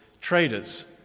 traders